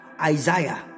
Isaiah